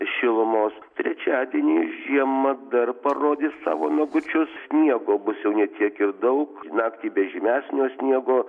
šilumos trečiadienį žiema dar parodys savo nagučius sniego bus jau ne tiek ir daug naktį be žymesnio sniego